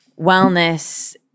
wellness